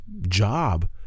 job